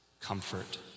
comfort